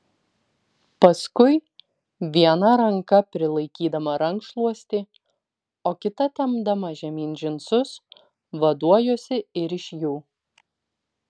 paskui viena ranka prilaikydama rankšluostį o kita tempdama žemyn džinsus vaduojuosi ir iš jų